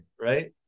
Right